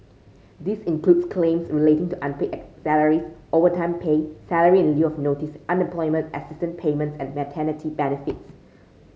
this includes claims relating to unpaid salaries overtime pay salary in lieu of notice employment assistance payments and maternity benefits